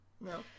no